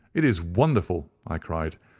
it is wonderful! i cried.